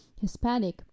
Hispanic